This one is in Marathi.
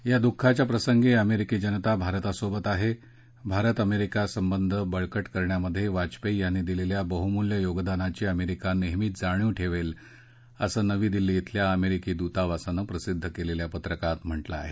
या दुःखाच्या प्रसंगी अमेरिकी जनता भारतासोबत आहे भारत अमेरिका संबंध बळकट करण्यामध्ये वाजपेयी यांनी दिलेल्या बह्मूल्य योगदानाची अमेरिका नेहमीच जाणीव ठेवेल असं नवी दिल्ली इथल्या अमेरिकी दृतावासानं प्रसिद्ध केलेल्या पत्रकात म्हटलं आहे